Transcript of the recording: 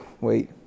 Wait